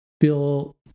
feel